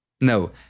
No